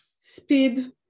speed